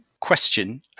question